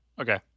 Okay